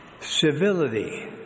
Civility